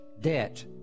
debt